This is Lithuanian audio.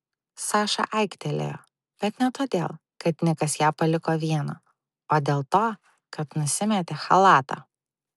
saša aiktelėjo bet ne todėl kad nikas ją paliko vieną o dėl to kad nusimetė chalatą